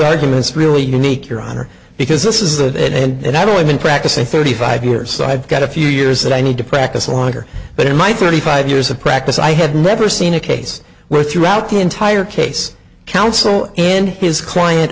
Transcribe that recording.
arguments really unique your honor because this is that and i've only been practicing thirty five years so i've got a few years that i need to practice longer but in my thirty five years of practice i have never seen a case where throughout the entire case counsel in his client